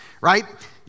right